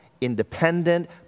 independent